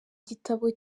gitabo